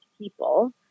people